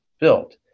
built